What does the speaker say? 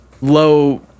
low